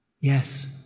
Yes